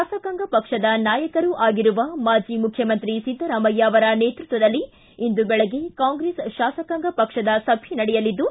ಶಾಸಕಾಂಗ ಪಕ್ಷದ ನಾಯಕರು ಆಗಿರುವ ಮಾಜಿ ಮುಖ್ಯಮಂತ್ರಿ ಿದ್ದರಾಮಯ್ಯ ಅವರ ನೇತೃತ್ವದಲ್ಲಿ ಇಂದು ಬೆಳಗ್ಗೆ ಕಾಂಗ್ರೆಸ್ ತಾಸಕಾಂಗ್ ಪಕ್ಷದ ಸಭೆ ನಡೆಯಲಿದ್ದು